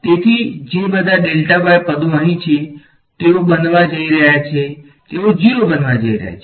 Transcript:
તેથી જે બધા પદો અહીં છે તેઓ બનવા જઈ રહ્યા છે તેઓ 0 થવા જઈ રહ્યા છે